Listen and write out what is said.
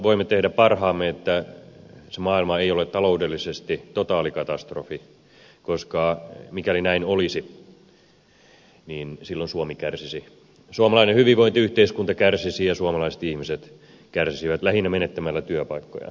voimme tehdä parhaamme että se maailma ei ole taloudellisesti totaalikatastrofi koska mikäli näin olisi silloin suomi kärsisi suomalainen hyvinvointiyhteiskunta kärsisi ja suomalaiset ihmiset kärsisivät lähinnä menettämällä työpaikkojaan